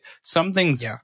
something's